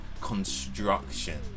construction